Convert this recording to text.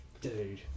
Dude